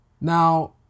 Now